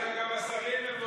נגד, 61, אין נמנעים.